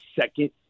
second